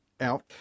out